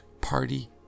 party